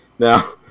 Now